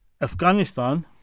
Afghanistan